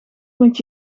moet